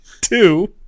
two